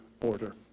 order